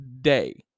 day